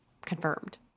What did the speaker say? confirmed